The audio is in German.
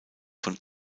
von